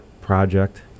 project